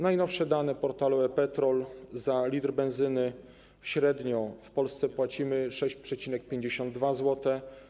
Najnowsze dane portalu e-Petrol: za 1 l benzyny średnio w Polsce płacimy 6,52 zł,